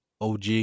OG